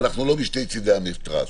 אנחנו לא משני צדי המתרס.